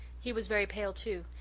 he was very pale, too,